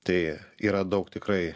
tai yra daug tikrai